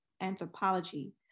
anthropology